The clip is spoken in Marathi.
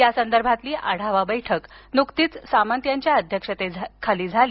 या संदर्भातील आढावा बैठक नुकतीच सामंत यांच्या अध्यक्षतेखाली झाली